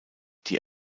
die